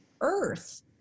Earth